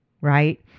right